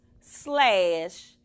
Slash